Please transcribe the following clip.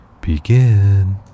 Begin